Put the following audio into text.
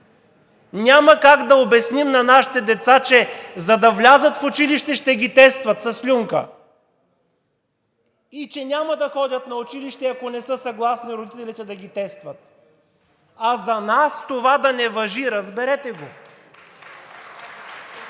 Няма как да обясним на нашите деца, че за да влязат в училище, ще ги тестват със слюнка и че няма да ходят на училище, ако не са съгласни родителите да ги тестват, а за нас това да не важи. Разберете го!